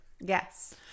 Yes